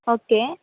okay